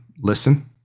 Listen